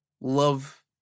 love